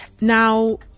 Now